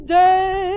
day